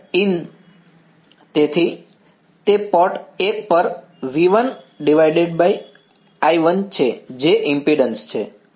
Zin તેથી તે port 1 પર V1I1 છે જે ઈમ્પિડન્સ છે